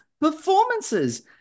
performances